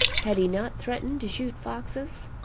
had he not threatened to shoot foxes?